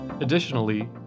Additionally